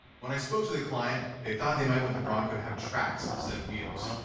when i spoke to the client, they thought they might want the bronco to have tracks instead of wheels,